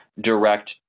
direct